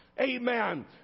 Amen